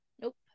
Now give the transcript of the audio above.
Nope